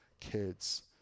kids